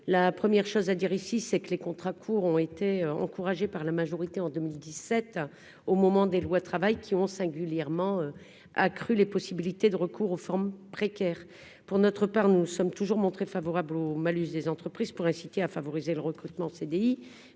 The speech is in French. la première chose à dire ici, c'est que les contrats courts ont été encouragés par la majorité en 2017 au moment des lois de travail qui ont singulièrement accru les possibilités de recours aux formes précaires pour notre part, nous sommes toujours montré favorable au malus des entreprises pour inciter à favoriser le recrutement CDI